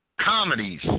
comedies